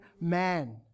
man